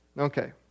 Okay